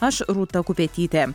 aš rūta kupetytė